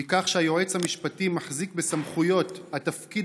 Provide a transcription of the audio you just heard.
מכך שהיועץ המשפטי מחזיק בסמכויות התפקיד